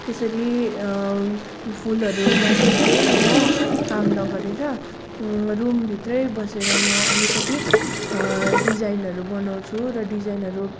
त्यसरी फुलहरूमाथि चाहिँ म काम नगरेर रुमभित्रै बसेर म अलिकति डिजाइनहरू बनाउँछु र डिजाइनहरू